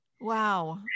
Wow